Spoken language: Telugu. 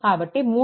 కాబట్టి 3